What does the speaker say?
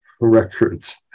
records